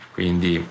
Quindi